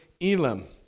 Elam